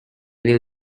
will